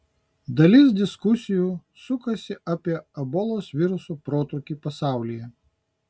dalis diskusijų sukasi ir apie ebolos viruso protrūkį pasaulyje